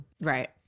Right